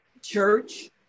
church